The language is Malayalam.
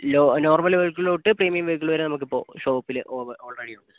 നോർമൽ വെഹിക്കിൾ തൊട്ട് പ്രീമിയം വെഹിക്കിൾ വരെ നമുക്ക് ഇപ്പോൾ ഷോപ്പിൽ ഓൾറെഡി ഉണ്ട് സാർ